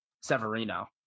Severino